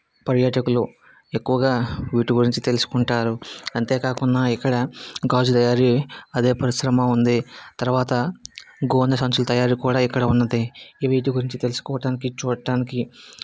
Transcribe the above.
పర్యాటకులు ఎక్కువగా వీటి గురించి తెలుసుకుంటారు అంతే కాకుండా ఇక్కడ గాజు తయారీ అనే పరిశ్రమ ఉంది తర్వాత గోనెసంచుల తయారీ కూడా ఇక్కడ ఉన్నది వీటి గురించి తెలుసుకోవటానికి చూడటానికి